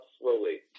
slowly